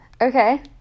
Okay